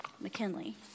McKinley